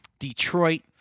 Detroit